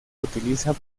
utiliza